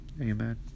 Amen